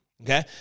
Okay